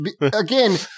again